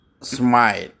smile